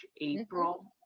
April